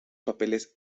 papeles